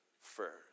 first